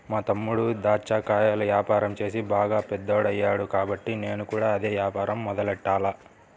మా తమ్ముడు దాచ్చా కాయల యాపారం చేసి బాగా పెద్దోడయ్యాడు కాబట్టి నేను కూడా అదే యాపారం మొదలెట్టాల